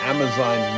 Amazon